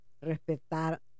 respetar